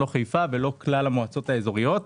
חיפה וכלל המועצות האזוריות.